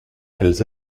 elles